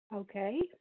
Okay